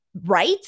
right